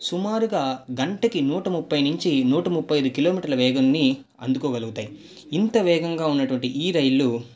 సుమారుగా గంటకి నూట ముప్పై నుంచి నూట ముప్పై ఐదు కిలోమీటర్ల వేగాన్ని అందుకోగలుగుతాయి ఇంత వేగంగా ఉన్నటువంటి ఈ రైళ్లు